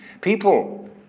People